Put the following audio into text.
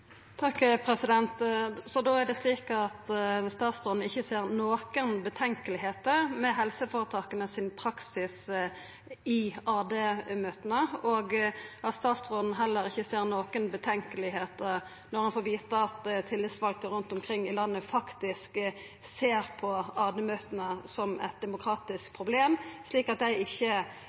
Så statsråden ser ikkje noko problematisk ved praksisen til helseføretaka i AD-møta, og statsråden ser heller ikkje noko problematisk når han får vita at tillitsvalde rundt omkring i landet faktisk ser på AD-møta som eit demokratisk problem slik at dei ikkje